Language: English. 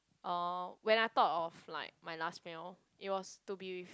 uh when I thought of like my last meal it was to be with